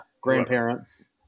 Grandparents